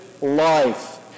life